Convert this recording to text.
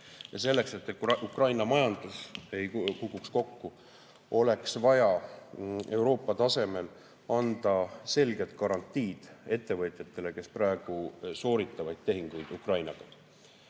Selleks, et Ukraina majandus ei kukuks kokku, oleks vaja Euroopa tasemel anda selged garantiid ettevõtjatele, kes praegu teevad tehinguid Ukrainaga.